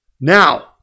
Now